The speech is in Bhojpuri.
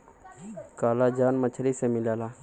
कॉलाजन मछरी से मिलला